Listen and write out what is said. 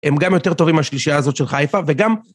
הם גם יותר טובים מהשלישייה הזאת של חיפה, וגם...